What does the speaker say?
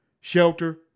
shelter